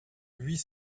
huit